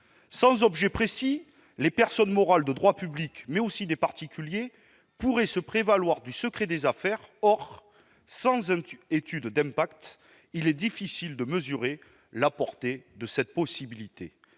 sans objet précis : les personnes morales de droit public, mais aussi des particuliers pourraient se prévaloir du secret des affaires. Or, sans étude d'impact, il est difficile de mesurer la portée d'une telle possibilité.